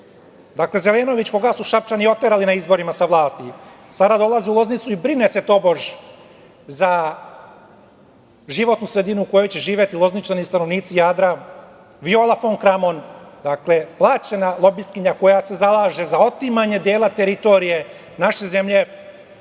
Dakle, Zelenović koga su su Šapčani oterali na izborima sa vlasti, sada dolaze u Loznicu i brine se tobož za životnu sredinu u kojoj će živeti Lozničani, stanovnici Jadra, Viola fon Kramon, plaćeno lobistikinja koja se zalaže za otimanje dela teritorije naše zemlje